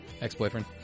Ex-boyfriend